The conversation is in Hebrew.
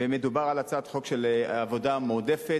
ומדובר על הצעת חוק של עבודה מועדפת: